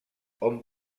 hom